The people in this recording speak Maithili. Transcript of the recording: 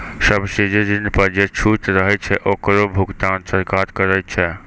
सब्सिडी ऋण पर जे छूट रहै छै ओकरो भुगतान सरकार करै छै